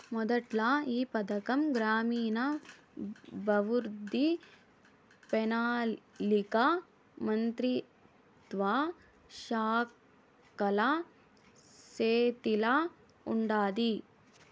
మొదట్ల ఈ పథకం గ్రామీణాభవృద్ధి, పెనాలికా మంత్రిత్వ శాఖల సేతిల ఉండాది